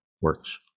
works